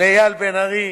לאייל לב-ארי,